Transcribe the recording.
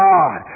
God